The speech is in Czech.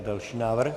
Další návrh.